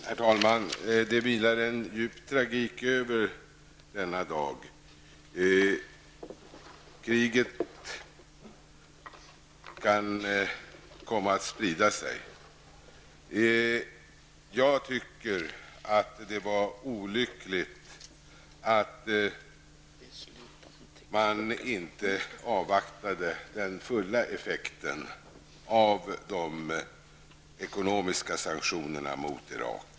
Herr talman! Det vilar en djup tragik över denna dag. Kriget kan komma att sprida sig. Jag tycker att det var olyckligt att man inte avvaktade den fulla effekten av de ekonomiska sanktionerna mot Irak.